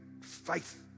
faith